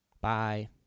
Bye